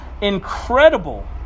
incredible